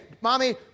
mommy